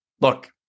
look